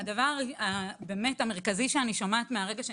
הדבר המרכזי שאני שומעת מהרגע שנכנסתי,